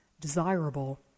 desirable